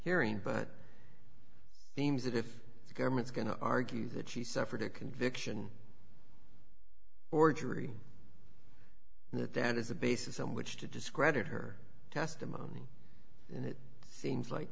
hearing but seems that if the government's going to argue that she suffered a conviction or jury that that is a basis on which to discredit her testimony and it seems like